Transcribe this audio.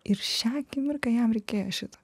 ir šią akimirką jam reikėjo šito